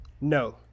no